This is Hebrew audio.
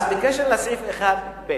אז בקשר לסעיף 1(ב),